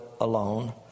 alone